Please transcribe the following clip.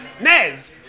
Nez